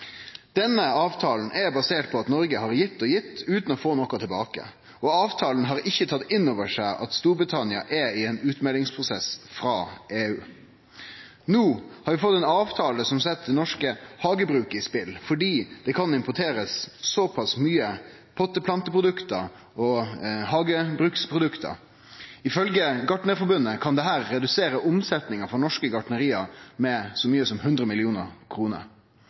Denne avtala er basert på at Noreg har gitt og gitt, utan å få noko tilbake, og avtala har ikkje tatt inn over seg at Storbritannia er i ein utmeldingsprosess frå EU. No har vi fått ei avtale som set det norske hagebruket i spel, fordi det kan importerast såpass mykje potteplanteprodukt og hagebruksprodukt. Ifølgje Norsk Gartnerforbund kan dette redusere omsetninga for norske gartneri med så mykje som 100